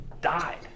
died